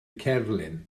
cerflun